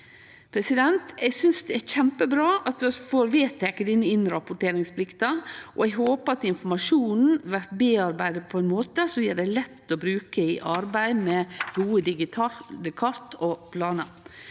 kvarandre. Eg synest det er kjempebra at vi får vedteke denne innrapporteringsplikta, og eg håpar at informasjonen blir lagd til rette på ein måte som gjer han lett å bruke i arbeid med gode digitale kart og planar.